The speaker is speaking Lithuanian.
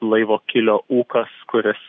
laivo kilio ūkas kuris